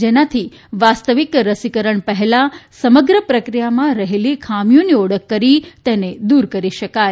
જેનાથી વાસ્તવિક રસીકરણ પહેલા સમગ્ર પ્રક્રિયામાં રહેલી ખામીઓની ઓળખ કરી તેને દૂર કરી શકાય